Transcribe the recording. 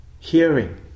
hearing